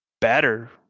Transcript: better